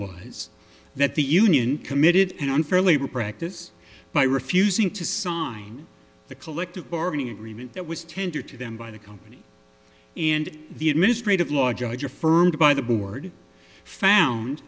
was that the union committed an unfair labor practice by refusing to sign the collective bargaining agreement that was tender to them by the company and the administrative law judge affirmed by the board found